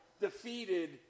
defeated